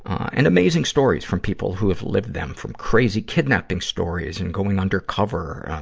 and amazing stories from people who have lived them, from crazy kidnapping stories and going undercover,